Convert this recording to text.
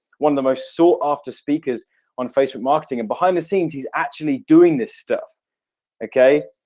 one of the most sought after speakers on facebook marketing and behind the scenes. he's actually doing this stuff okay,